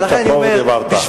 היית פה ודיברת,